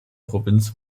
provinz